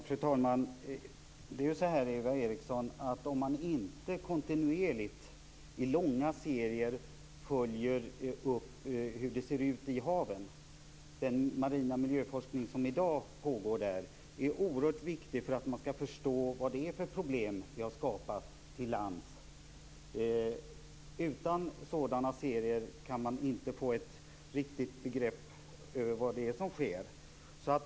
Fru talman! I den marina miljöforskning som i dag fortgår ute i haven följer man, Eva Eriksson, kontinuerligt i långa serier upp hur det ser ut i haven. Detta är oerhört viktigt för att man skall förstå vilka problem som har skapats på land. Utan sådana serier kan man inte få ett riktigt begrepp om vad som sker.